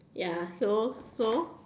ya so so